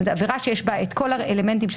זאת עבירה שיש בה את כל האלמנטים של